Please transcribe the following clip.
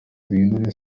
duhindure